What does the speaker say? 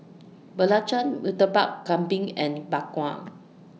Belacan Murtabak Kambing and Bak Kwa